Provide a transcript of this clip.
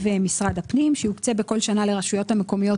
משרד הפנים שיוקצה בכל שנה לרשויות המקומיות